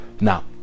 now